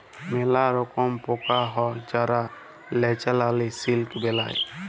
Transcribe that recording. ম্যালা রকম পকা হ্যয় যারা ল্যাচারেলি সিলিক বেলায়